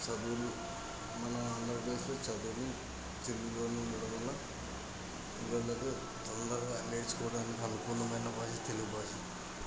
చదువులు మన ఆంధ్రప్రదేశ్లో చదువును తెలుగులోనే ఉండడం వల్ల వాళ్ళకు తొందరగా నేర్చుకోవడానికి అనుకూలమైన భాష తెలుగు భాష